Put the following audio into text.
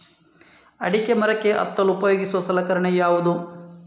ಅಡಿಕೆ ಮರಕ್ಕೆ ಹತ್ತಲು ಉಪಯೋಗಿಸುವ ಸಲಕರಣೆ ಯಾವುದು?